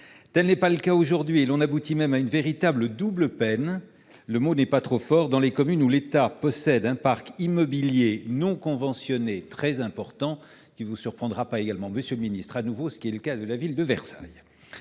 Tel n'est pas le cas aujourd'hui, et l'on aboutit même à une véritable double peine- le mot n'est pas trop fort -dans les communes où l'État possède un parc immobilier non conventionné très important. Vous ne serez pas surpris d'apprendre, monsieur le ministre, que tel est le cas de la ville de Versailles.